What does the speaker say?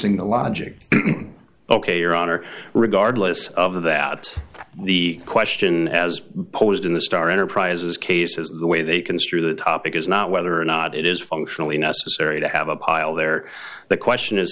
ing the logic ok your honor regardless of that the question has posed in the star enterprise's cases the way they construe the topic is not whether or not it is functionally necessary to have a pile there the question is